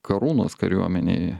karūnos kariuomenėj